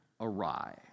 awry